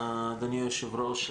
אדוני היושב-ראש,